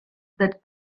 that